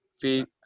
feet